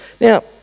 Now